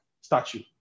statue